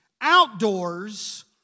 outdoors